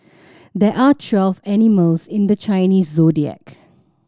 there are twelve animals in the Chinese Zodiac